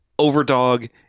Overdog